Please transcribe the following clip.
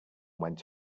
went